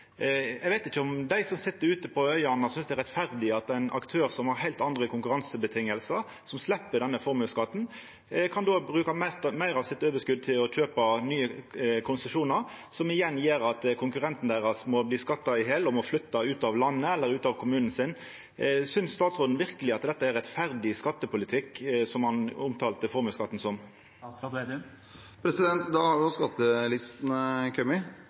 Eg veit ikkje om dei som sit ute på øyane, synest det er rettferdig at ein aktør som har heilt andre konkurransevilkår, som slepper denne formuesskatten, då kan bruka meir av sitt overskot til å kjøpa nye konsesjonar, som igjen gjer at konkurrentane deira blir skatta i hel og må flytta ut av landet eller ut av kommunen sin. Synest statsråden verkeleg dette er rettferdig skattepolitikk, som han omtalte formuesskatten som? I dag har